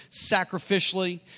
sacrificially